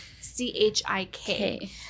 C-H-I-K